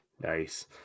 Nice